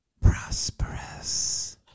Prosperous